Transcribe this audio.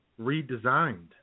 redesigned